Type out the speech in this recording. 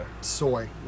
Soy